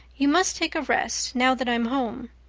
you must take a rest, now that i'm home.